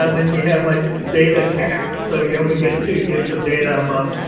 ah then you have like data caps so you only get two gigs of data a month.